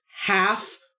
Half